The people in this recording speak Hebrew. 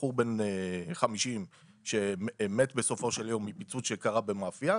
בחור בן 50 שמת בסופו של יום מפיצוץ שקרה במאפייה,